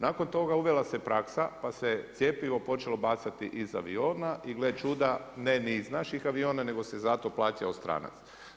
Nakon toga uvela se praksa pa se cjepivo počelo bacati iz avion, i gle čuda, ne ni iz naših aviona, nego se za to plaćao stranac.